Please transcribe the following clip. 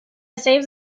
save